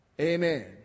Amen